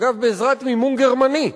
אגב בעזרת מימון גרמני.